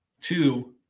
Two